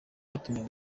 batumiwe